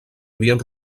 havien